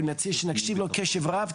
אני מציע שנקשיב לו קשב רב,